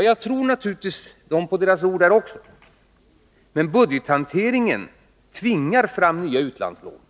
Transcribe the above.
Jag tror dem naturligtvis på deras ord där också. Men budgethanteringen tvingar fram nya utlandslån.